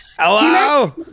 Hello